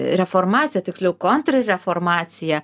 reformacija tiksliau kontrreformacija